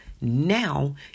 Now